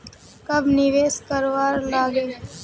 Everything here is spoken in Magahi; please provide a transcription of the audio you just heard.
कब निवेश करवार लागे?